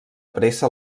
pressa